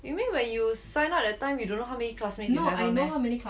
you mean when you sign up that time you don't know how many classmates you have [one] meh